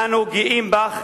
אנו גאים בך.